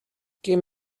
give